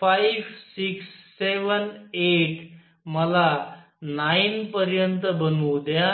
5 6 7 8 मला 9 पर्यंत बनवू द्या